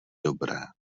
dobré